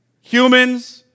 humans